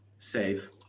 save